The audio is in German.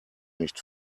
nicht